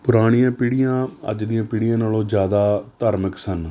ਪੁਰਾਣੀਆਂ ਪੀੜ੍ਹੀਆਂ ਅੱਜ ਦੀਆਂ ਪੀੜ੍ਹੀਆਂ ਨਾਲੋਂ ਜ਼ਿਆਦਾ ਧਾਰਮਿਕ ਸਨ